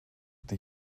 ydy